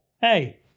hey